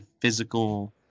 physical